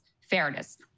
fairness